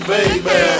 Baby